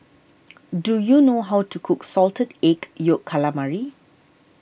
do you know how to cook Salted Egg Yolk Calamari